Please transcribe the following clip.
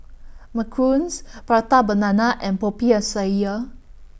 Macarons Prata Banana and Popiah Sayur